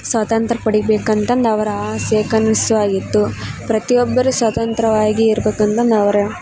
ಸ್ವಾತಂತ್ರ್ಯ ಪಡಿಬೇಕಂತಂದು ಅವರ ಆಸೆ ಕನಸು ಆಗಿತ್ತು ಪ್ರತಿ ಒಬ್ಬರೂ ಸ್ವತಂತ್ರ್ಯವಾಗಿ ಇರ್ಬೇಕಂತಂದು ಅವರು